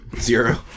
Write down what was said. Zero